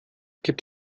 gibt